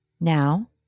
Now